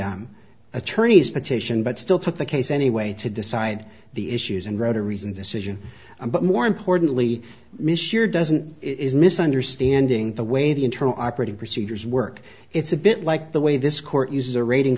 attorneys petition but still took the case anyway to decide the issues and wrote a reasoned decision but more importantly miss your doesn't is misunderstanding the way the internal operating procedures work it's a bit like the way this court uses a rating